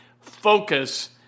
focus